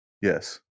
Yes